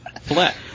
Flat